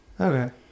Okay